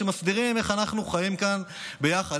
שמסדירים איך אנחנו חיים כאן ביחד,